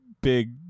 big